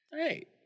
Right